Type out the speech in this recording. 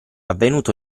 avvenuto